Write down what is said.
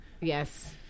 Yes